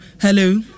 hello